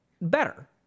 better